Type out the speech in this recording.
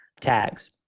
tags